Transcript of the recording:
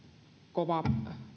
kova